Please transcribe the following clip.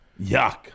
Yuck